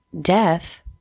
death